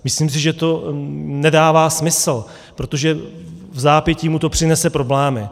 Myslím si, že to nedává smysl, protože vzápětí mu to přinese problémy.